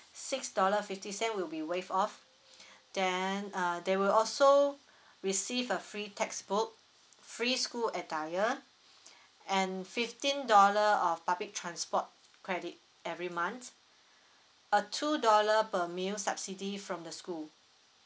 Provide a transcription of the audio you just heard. six dollar fifty cent will be waived off then uh they will also receive a free textbook free school attire and fifteen dollar of public transport credit every month a two dollar per meal subsidy from the school